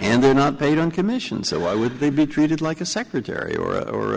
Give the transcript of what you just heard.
and they're not paid on commission so why would they be treated like a secretary